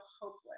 hopeless